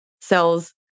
cells